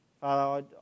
Father